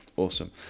Awesome